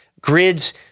Grids